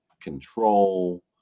control